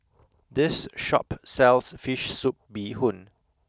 this shop sells Fish Soup Bee Hoon